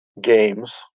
games